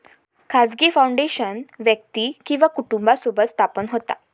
खाजगी फाउंडेशन व्यक्ती किंवा कुटुंबासोबत स्थापन होता